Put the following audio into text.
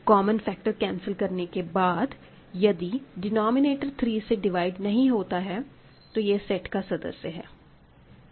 common factor cancel करने के बाद यदि डिनोमिनेटर 3 से डिवाइड नहीं होता है तो यह सेट का सदस्य है